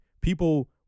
people